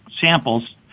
samples